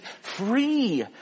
free